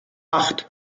acht